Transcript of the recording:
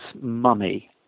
mummy